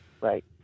Right